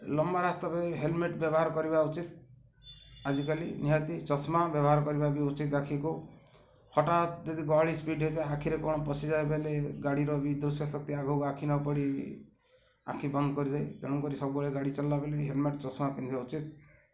ଲମ୍ବା ରାସ୍ତା ହେଲମେଟ୍ ବ୍ୟବହାର କରିବା ଉଚିତ୍ ଆଜିକାଲି ନିହାତି ଚଷମା ବ୍ୟବହାର କରିବା ବି ଉଚିତ୍ ଆଖିକୁ ହଠାତ୍ ଯଦି ଗହଳି ସ୍ପିଡ଼ ହେଇଥାଏ ଆଖିରେ କ'ଣ ପଶିଯାଇ ବେଳେ ଗାଡ଼ିର ବି ଦୃଶ୍ୟଶକ୍ତି ଆଗକୁ ଆଖି ନ ପଡ଼ିି ଆଖି ବନ୍ଦ କରିଦିଏ ତେଣୁକରି ସବୁବେଳେ ଗାଡ଼ି ଚଲଲାବେ ବୋଲି ହେଲମେଟ୍ ଚଷମା ପିନ୍ଧିବା ଉଚିତ୍